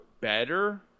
better